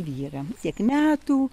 vyrą tiek metų